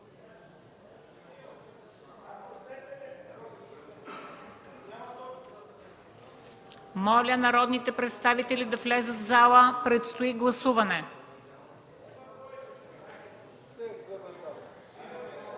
Моля народните представители да влязат в залата, предстои гласуване!